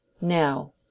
Now